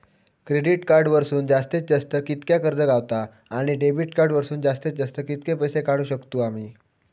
Credit card वरसून जास्तीत जास्त कितक्या कर्ज गावता, आणि डेबिट कार्ड वरसून जास्तीत जास्त कितके पैसे काढुक शकतू आम्ही?